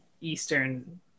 eastern